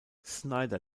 snyder